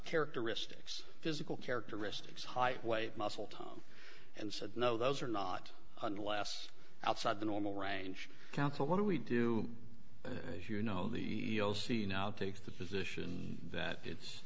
characteristics physical characteristics height weight muscle tone and said no those are not unless outside the normal range counsel what do we do as you know the scene now takes the position that it's